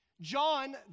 John